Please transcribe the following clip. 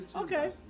okay